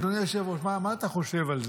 אדוני היושב-ראש, מה אתה חושב על זה?